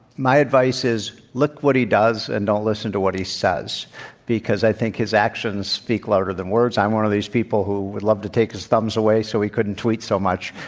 my advice is, look what he does and don't listen to what he says because i think his actions speak louder than words. i'm one of these people who would love to take his thumbs away, so he couldn't tweet so much.